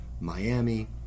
Miami